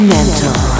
Mental